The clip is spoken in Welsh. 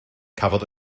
cafodd